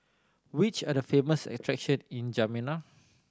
which are the famous attractions in Jamena